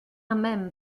même